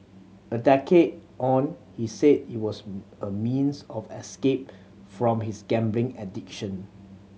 a decade on he said it was a means of escape from his gambling addiction